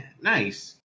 nice